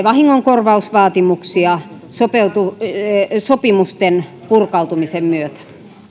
vahingonkorvausvaatimuksia sopimusten purkautumisen myötä